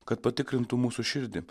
kad patikrintų mūsų širdį